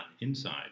inside